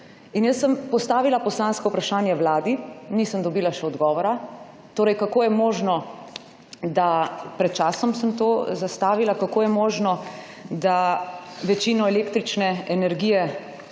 Jaz sem postavila poslansko vprašanje vladi, nisem dobila še odgovora, pred časom sem to zastavila, sicer kako je možno, da večino električne energije